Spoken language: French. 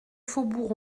faubourgs